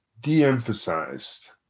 de-emphasized